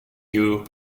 you